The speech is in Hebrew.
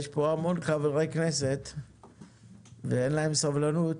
יש פה המון חברי כנסת ואין להם סבלנות,